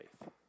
faith